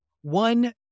One